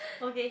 okay